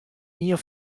ien